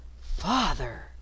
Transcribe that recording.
father